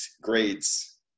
grades